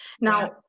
Now